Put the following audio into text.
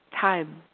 time